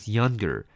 younger